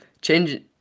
change